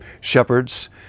shepherds